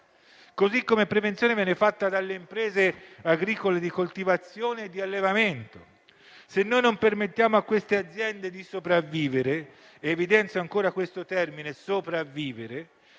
Così come prevenzione viene fatta dalle imprese agricole di coltivazione e di allevamento. Se non permettiamo a tali aziende di sopravvivere - e sottolineo sopravvivere